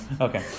okay